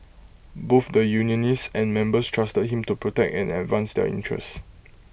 both the unionists and members trusted him to protect and advance their interests